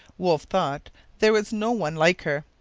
wolfe thought there was no one like her.